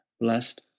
blessed